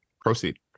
Proceed